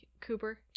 Cooper